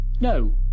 No